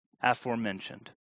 aforementioned